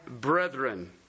brethren